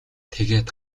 тэгээд